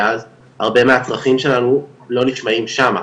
ואז הרבה מהצרכים שלנו לא נשמעים שמה,